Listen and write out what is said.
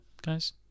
Guys